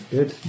Good